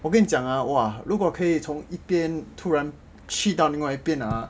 我跟你讲啊哇如果可以从一边突然去到另外一边 ah